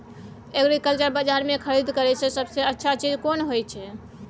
Agriculture बाजार में खरीद करे से सबसे अच्छा चीज कोन होय छै?